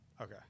Okay